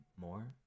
more